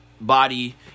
body